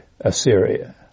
Assyria